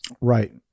right